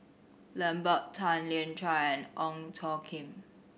Lambert Tan Lian Chye and Ong Tjoe Kim